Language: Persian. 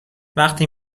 وقتی